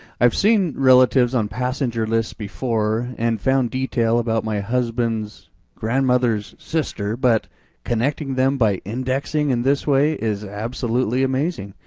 i've seen relatives on passenger lists before and found detail about my husband's grandmother's sister, but connecting them by indexing in this way is absolutely amazing.